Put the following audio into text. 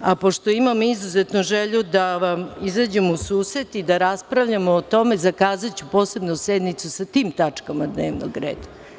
a pošto imam izuzetnu želju da vam izađem u susret i da raspravljamo o tome, zakazaću posebnu sednicu sa tim tačkama dnevnog reda.